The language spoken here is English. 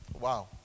Wow